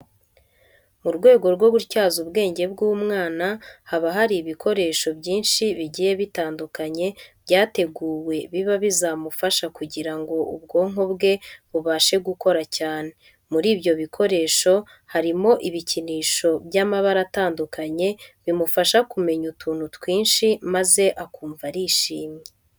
Mu rwego rwo gutyaza ubwenge bw'umwana, haba hari ibikoresho byinshi bigiye bitandukanye byateguwe biba bizamufasha kugira ngo ubwonko bwe bubashe gukora cyane. Muri ibyo bikoresho harimo ibikinisho by'amabara atandukanye bimufasha kumenya utuntu twinshi maze akumva arishimye.